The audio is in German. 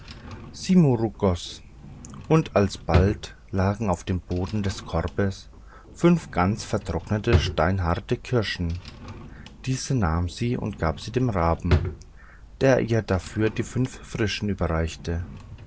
simurgos und alsbald lagen auf dem boden des korbes fünf ganz vertrocknete steinharte kirschen diese nahm sie und gab sie dem raben der ihr dafür die fünf frischen überreichte